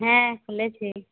হ্যাঁ শুনেছি